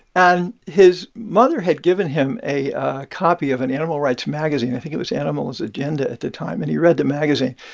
and his mother had given him a copy of an animal rights magazine i think it was animals' agenda at the time. and he read the magazine.